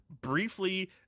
briefly